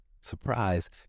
Surprise